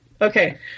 Okay